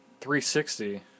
360